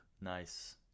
Nice